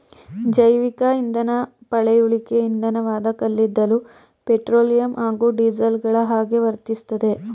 ಜೈವಿಕಇಂಧನ ಪಳೆಯುಳಿಕೆ ಇಂಧನವಾದ ಕಲ್ಲಿದ್ದಲು ಪೆಟ್ರೋಲಿಯಂ ಹಾಗೂ ಡೀಸೆಲ್ಗಳಹಾಗೆ ವರ್ತಿಸ್ತದೆ